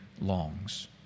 longs